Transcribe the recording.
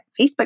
Facebook